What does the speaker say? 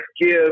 give